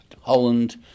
Holland